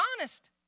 honest